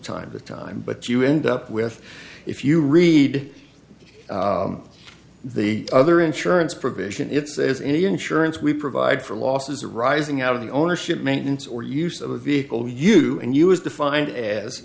time to time but you end up with if you read the other insurance provision if there's any insurance we provide for losses arising out of the ownership maintenance or use of a vehicle you and you as defined as